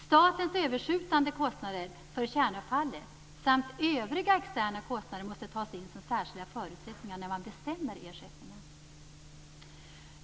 Statens överskjutande kostnader för kärnavfallet samt övriga externa kostnader måste tas in som särskilda förutsättningar när man bestämmer ersättningen.